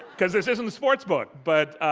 cause this isn't a sports book. but